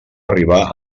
arribar